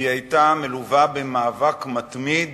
היא היתה מלווה במאבק מתמיד